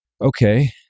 okay